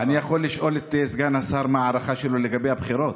אני יכול לשאול את סגן השר מה ההערכה שלו לגבי הבחירות?